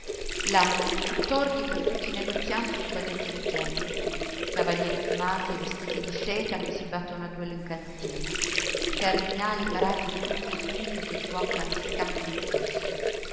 là tordi per tutti i negozianti di quadretti di genere cavalieri piumati e vestiti di seta che si battono a duello in cantina cardinali parati di tutto punto che giuocano a scacchi in un chiostro